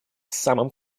самым